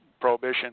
Prohibition